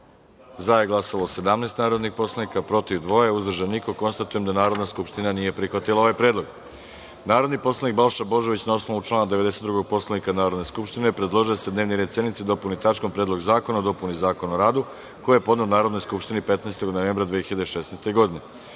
za – 17 narodnih poslanika, protiv – dva, uzdržanih – nema. Konstatujem da Narodna skupština nije prihvatila ovaj predlog. Narodni poslanik Balša Božović, na osnovu člana 92. Poslovnika Narodne skupštine, predložio je da se dnevni red sednice dopuni tačkom - Predlog zakona o dopunama Zakona o radu, koji je podneo Narodnoj skupštini 15. novembra 2016. godine. Da